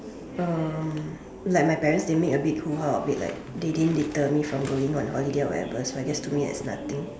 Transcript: um like my parents they made a big hooha of it like and they didn't deter me from going on holiday or whatever so I guess to me it's nothing